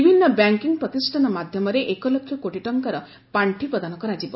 ବିଭିନ୍ନ ବ୍ୟାଙ୍କିଙ୍ଗ୍ ପ୍ରତିଷ୍ଠାନ ମାଧ୍ୟମରେ ଏକ ଲକ୍ଷ କୋଟି ଟଙ୍କାର ପାର୍ଷି ପ୍ରଦାନ କରାଯିବ